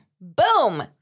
Boom